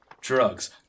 drugs